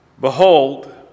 Behold